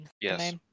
Yes